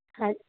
ਹਾਂਜੀ